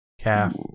Calf